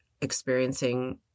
experiencing